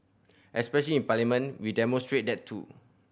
especial in Parliament we demonstrate that too